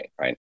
right